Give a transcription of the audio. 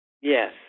Yes